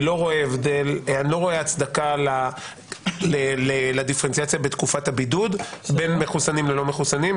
אני לא רואה הצדקה לדיפרנציאציה בתקופת הבידוד בין מחוסנים ללא מחוסנים,